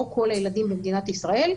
לא כל הילדים במדינת ישראל.